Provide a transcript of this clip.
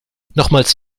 nochmals